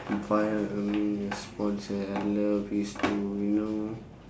but I mean there's sponsor like it's love two you know